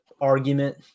argument